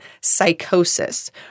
psychosis